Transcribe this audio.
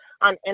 on